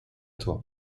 toi